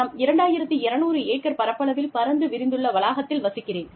நாம் 2200 ஏக்கர் பரப்பளவில் பரந்து விரிந்துள்ள வளாகத்தில் வசிக்கிறேன்